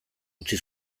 utzi